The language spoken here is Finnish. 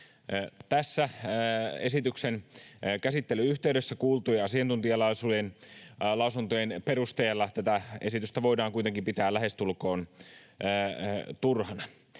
Tässä esityksen käsittelyn yhteydessä kuultujen asiantuntijalausuntojen perusteella tätä esitystä voidaan kuitenkin pitää lähestulkoon turhana.